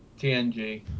TNG